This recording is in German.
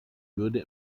würde